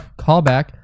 Callback